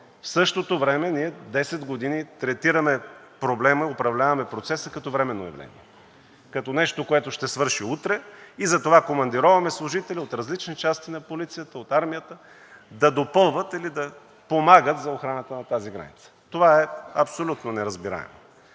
в същото време ние 10 години третираме проблема, управляваме процеса като временно явление, като нещо, което ще свърши утре и затова командироваме служители от различни части на полицията, от армията да допълват или да помагат за охраната на тази граница. Това е абсолютно неразбираемо.